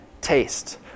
taste